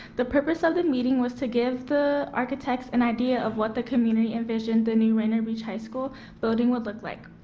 the purpose of the and meeting was to give the architects an idea of what the community envisioned the new rainier beach high school building would look like.